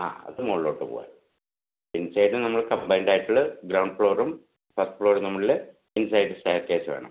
ആ അത് മുകളിലോട്ട് പോകുവാൻ ഇൻസൈഡിൽ നമ്മൾ കമ്പൈൻഡായിട്ടുള്ള ഗ്രൗണ്ട് ഫ്ളോറും ഫസ്റ്റ് ഫ്ലോറിൽ നമ്മളുടെ ഇൻസൈഡ് സ്റ്റെയർകേസ് വേണം